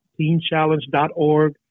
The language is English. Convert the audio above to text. teenchallenge.org